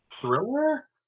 thriller